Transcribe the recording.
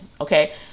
Okay